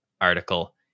article